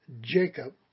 Jacob